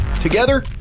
Together